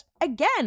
again